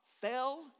fell